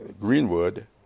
Greenwood